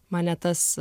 mane tas